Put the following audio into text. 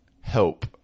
help